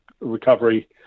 recovery